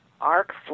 arc